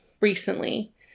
recently